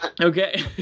okay